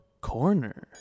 Corner